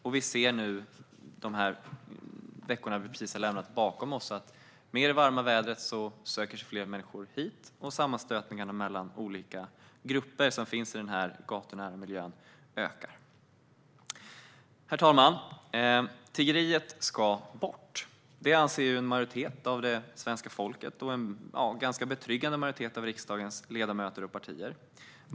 Under de veckor vi precis har lämnat bakom oss har vi sett att med det varma vädret söker sig fler människor hit, och sammanstötningarna mellan olika grupper som finns i den gatunära miljön ökar. Herr talman! Tiggeriet ska bort. Det anser en majoritet av svenska folket och en ganska betryggande majoritet av riksdagens ledamöter och partier.